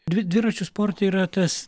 dvi dviračių sporte yra tas